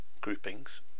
groupings